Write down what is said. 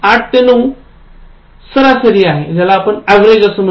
८ ते ९ सरासरी